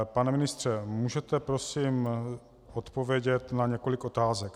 Pane ministře, můžete prosím odpovědět na několik otázek?